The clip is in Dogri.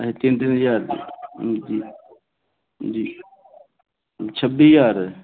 तिन तिन ज्हार दी हां जी छब्बी ज्हार